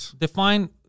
Define